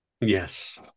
Yes